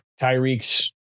Tyreek's